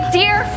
dear